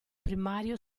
primario